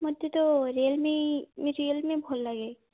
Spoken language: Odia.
ମୋତେ ତ ରିଏଲମି ରିଏଲମି ଭଲ ଲାଗେ